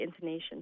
intonation